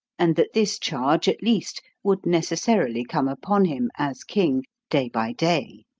and that this charge, at least, would necessarily come upon him, as king, day by day.